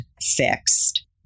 fixed